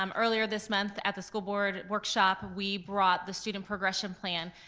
um earlier this month at the school board workshop, we brought the student progression plan.